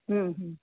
હમ હમ